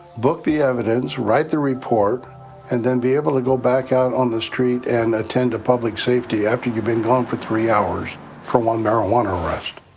book the evidence write the report and then be able to go back out on the street and attend to public safety after you've been gone for three hours for one marijuana arrest?